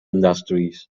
industries